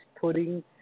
putting